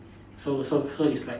so so so is like